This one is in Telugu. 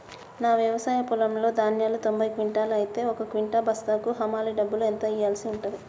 నా వ్యవసాయ పొలంలో ధాన్యాలు తొంభై క్వింటాలు అయితే ఒక క్వింటా బస్తాకు హమాలీ డబ్బులు ఎంత ఇయ్యాల్సి ఉంటది?